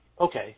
okay